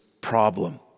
problem